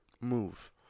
move